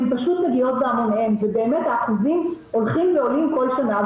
הן פשוט מגיעות בהמוניהן ובאמת האחוזים הולכים ועולים כל שנה,